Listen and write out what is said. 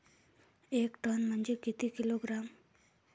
एक टन म्हनजे किती किलोग्रॅम?